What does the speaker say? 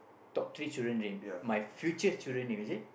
top three children name my future children name is it